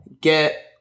get